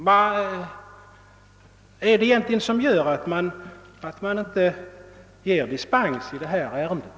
Vad är det egentligen som gör att man inte ger dispens i det här ärendet?